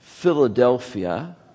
Philadelphia